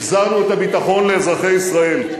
החזרנו את הביטחון לאזרחי ישראל,